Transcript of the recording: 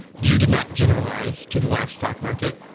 you did not generalize to the livestock market,